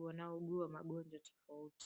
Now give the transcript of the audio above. wanaougua magonjwa tofauti.